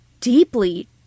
deeply